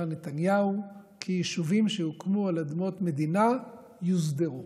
נתניהו כי יישובים שהוקמו על אדמת מדינה יוסדרו.